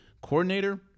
coordinator